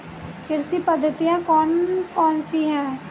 कृषि पद्धतियाँ कौन कौन सी हैं?